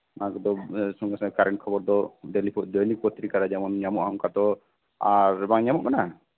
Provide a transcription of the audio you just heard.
ᱚᱱᱟ ᱠᱚᱫᱚ ᱥᱚᱝᱜᱮᱼᱥᱚᱝᱜᱮ ᱠᱟᱨᱮᱱᱴ ᱠᱷᱚᱵᱚᱨ ᱫᱚ ᱰᱮᱞᱤ ᱰᱮᱞᱤ ᱯᱚᱛᱨᱤᱠᱟ ᱨᱮ ᱡᱮᱢᱚᱱ ᱧᱟᱢᱚᱜᱼᱟ ᱚᱱᱠᱟ ᱫᱚ ᱟᱨ ᱵᱟᱝ ᱧᱟᱢᱚᱜ ᱠᱟᱱᱟ